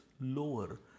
lower